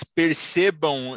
percebam